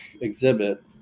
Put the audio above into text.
exhibit